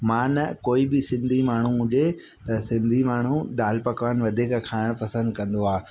मां न कोइ बि सिंधी माण्हू हुजे त सिंधी माण्हू दाल पकवान वधीक खाइणु पसंदि कंदो आहे